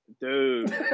Dude